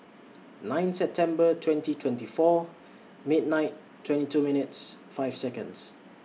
nine September twenty twenty four Mint nine twenty two minutes five Seconds